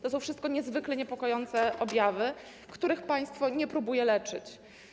To są wszystko niezwykle niepokojące objawy, których państwo nie próbuje leczyć.